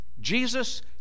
Jesus